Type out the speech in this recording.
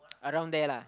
around there lah